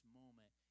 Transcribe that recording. moment